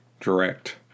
direct